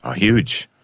ah huge.